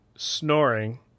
snoring